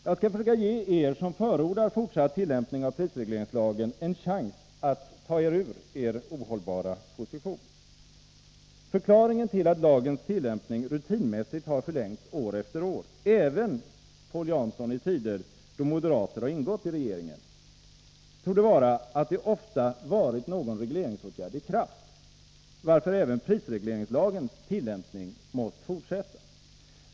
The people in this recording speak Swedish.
Jag skall försöka ge er som förordar fortsatt tillämpning av prisregleringslagen en chans att ta er ur er ohållbara position. Förklaringen till att lagens tillämpning rutinmässigt förlängts år efter år, även i tider då moderater har ingått i regeringen, torde vara att det ofta varit någon regleringsåtgärd i kraft, varför även prisregleringslagens tillämpning måst fortsätta.